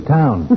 town